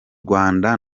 rwanda